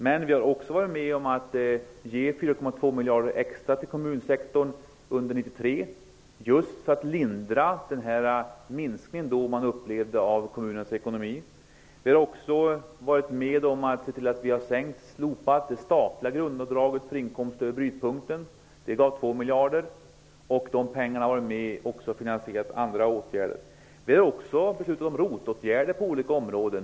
Men vi har också varit med om att ge 4,2 miljarder extra till kommunsektorn under 1993 för att lindra minskningen i kommunernas ekonomi. Vi har också varit med om att slopa det statliga grundavdraget för inkomster över brytpunkten. Det gav 2 miljarder. Dessa pengar har använts för finansiering av andra åtgärder. Vi har också beslutat om ROT-åtgärder på olika områden.